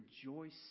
rejoice